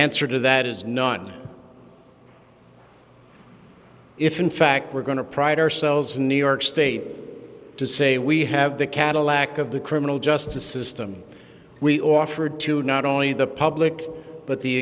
answer to that is none if in fact we're going to pride ourselves in new york state to say we have the cadillac of the criminal justice system we offered to not only the public but the